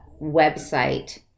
website